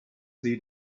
see